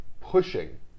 pushing